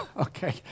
okay